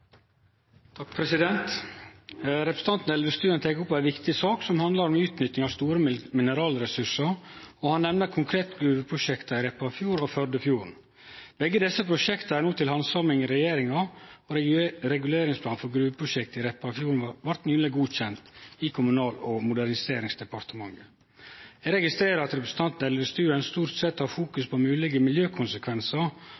Representanten Elvestuen tek opp ei viktig sak som handlar om utnytting av store mineralressursar, og han nemner konkret gruveprosjekta i Repparfjorden og Førdefjorden. Begge desse prosjekta er no til handsaming i regjeringa, og reguleringsplanen for gruveprosjektet i Repparfjorden blei nyleg godkjent i Kommunal- og moderniseringsdepartementet. Eg registrerer at representanten Elvestuen stort sett har